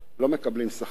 לא מקבלים שכר מינימום.